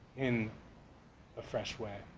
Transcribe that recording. in a fresh way.